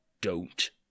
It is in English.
Don't